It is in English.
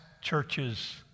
churches